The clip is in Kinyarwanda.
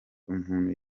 umuntu